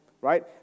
right